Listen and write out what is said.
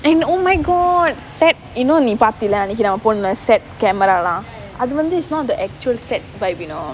and oh my god set இன்னும் நீ பாத்ததில்லை நினைக்கிறேன் அப்போ இந்த:innum nee pathathilla ninaikkuraen appo intha set camera லாம் அது வந்து:laam athu vanthu this not the actual set by you know